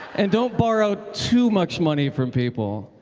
and don't borrow too much money from people.